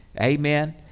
amen